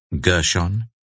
Gershon